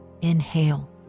inhale